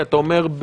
אתה אומר,